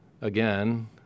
again